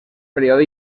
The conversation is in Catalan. període